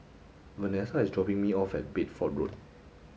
Vanesa is dropping me off at Bedford Road